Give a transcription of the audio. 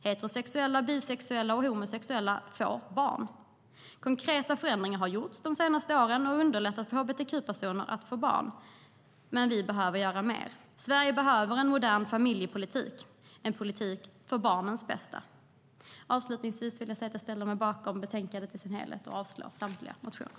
Heterosexuella, bisexuella och homosexuella får barn. Konkreta förändringar har gjorts de senaste åren som underlättar för hbtq-personer att få barn, men vi behöver göra mer. Sverige behöver en modern familjepolitik, en politik för barnens bästa. Avslutningsvis ställer jag mig bakom utskottets förslag i betänkandet i dess helhet och yrkar avslag på samtliga motioner.